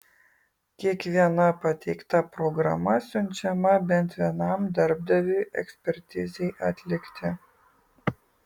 kiekviena pateikta programa siunčiama bent vienam darbdaviui ekspertizei atlikti